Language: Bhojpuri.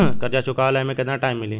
कर्जा चुकावे ला एमे केतना टाइम मिली?